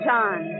John